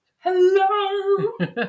hello